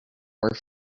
were